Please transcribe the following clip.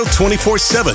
24-7